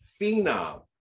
phenom